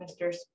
Mr